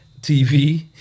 TV